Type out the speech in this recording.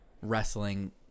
wrestling